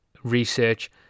research